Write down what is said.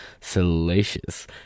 salacious